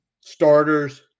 starters